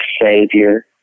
Savior